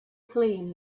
clean